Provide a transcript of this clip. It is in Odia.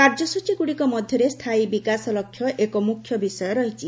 କାର୍ଯ୍ୟସୂଚୀଗୁଡ଼ିକ ମଧ୍ୟରେ ସ୍ଥାୟୀ ବିକାଶ ଲକ୍ଷ୍ୟ ଏକ ମୁଖ୍ୟ ବିଷୟ ରହିଛି